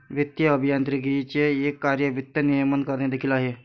वित्तीय अभियांत्रिकीचे एक कार्य वित्त नियमन करणे देखील आहे